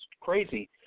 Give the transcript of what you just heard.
crazy